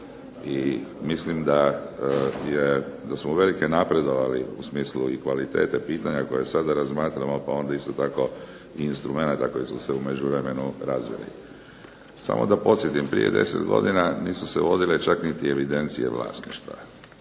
i mislim da smo uvelike napredovali u smislu i kvalitete pitanja i koja sada razmatramo pa onda isto tako i instrumenata koji su se u međuvremenu razvili. Samo da podsjetim, prije 10 godina nisu se vodile čak niti evidencije vlasništva.